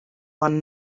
one